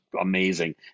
amazing